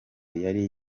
yari